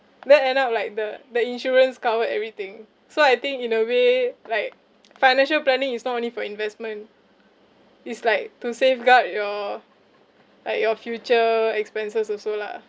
then end up like the the insurance covered everything so I think in a way like financial planning is not only for investment is like to safeguard your like your future expenses also lah